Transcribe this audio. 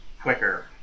quicker